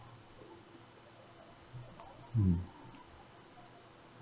hmm